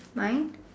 mine